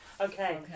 Okay